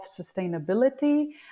sustainability